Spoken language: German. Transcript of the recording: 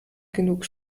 genug